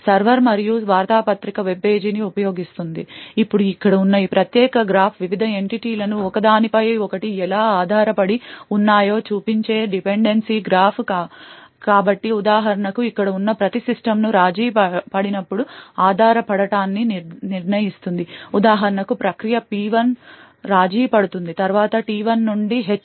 server మరియు వార్తాపత్రిక web పేజీని ఉపయోగిస్తోంది ఇప్పుడు ఇక్కడ ఉన్న ఈ ప్రత్యేక రేఖా చిత్రం వివిధ ఎంటిటీలు ఒకదానిపై ఒకటి ఎలా ఆధారపడి ఉన్నాయో చూపించే డిపెండెన్సీ రేఖా చిత్రం కాబట్టి ఉదాహరణకు ఇక్కడ ఉన్న ప్రతి హెచ్ సిస్టమ్ రాజీపడినప్పుడు ఆధారపడటాన్ని నిర్ణయిస్తుంది ఉదాహరణకు ప్రక్రియ P1 రాజీపడుతుంది తరువాత T1 నుండి H